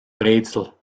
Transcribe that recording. rätsel